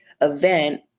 event